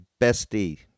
bestie